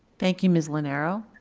thank you, ms. linero.